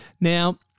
now